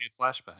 flashback